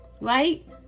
Right